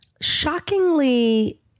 Shockingly